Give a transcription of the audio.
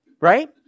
right